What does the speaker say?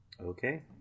Okay